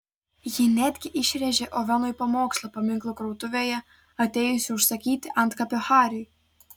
ji netgi išrėžė ovenui pamokslą paminklų krautuvėje atėjusi užsakyti antkapio hariui